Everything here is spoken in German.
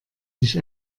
sich